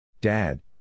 Dad